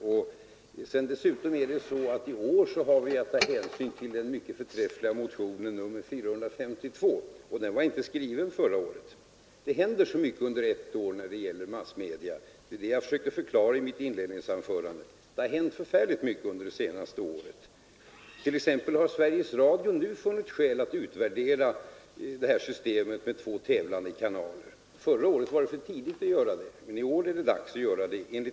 Och dessutom har vi i år att ta hänsyn till den mycket förträffliga motionen 452. Den var inte skriven förra året. Det händer så mycket på ett år när det gäller massmedierna. Det var bl.a. det jag försökte förklara i mitt inledningsanförande. Sveriges Radio har t.ex. nu funnit skäl att utvärdera systemet med två tävlande kanaler. Förra året var det för tidigt, men i år är det enligt Sveriges Radio dags att göra en sådan utvärdering.